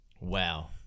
Wow